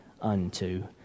unto